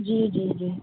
जी जी जी